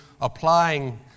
applying